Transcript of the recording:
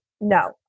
no